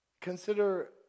Consider